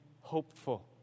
hopeful